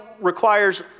requires